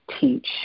Teach